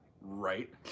Right